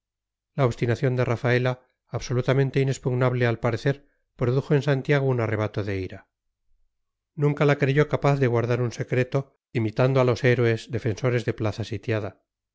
la obstinación de rafaela absolutamente inexpugnable al parecer produjo en santiago un arrebato de ira nunca la creyó capaz de guardar un secreto imitando a los héroes defensores de plaza sitiada